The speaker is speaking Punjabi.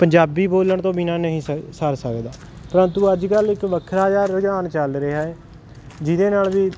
ਪੰਜਾਬੀ ਬੋਲਣ ਤੋਂ ਬਿਨਾਂ ਨਹੀਂ ਸ ਸਰ ਸਕਦਾ ਪਰੰਤੂ ਅੱਜ ਕੱਲ੍ਹ ਇੱਕ ਵੱਖਰਾ ਜਾ ਰੁਝਾਨ ਚੱਲ ਰਿਹਾ ਹੈ ਜਿਹਦੇ ਨਾਲ ਵੀ